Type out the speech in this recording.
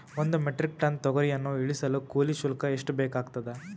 ಒಂದು metric ton ತೊಗರಿಯನ್ನು ಇಳಿಸಲು ಕೂಲಿ ಶುಲ್ಕ ಎಷ್ಟು ಬೇಕಾಗತದಾ?